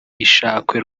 ishakwe